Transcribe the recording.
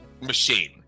machine